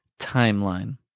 Timeline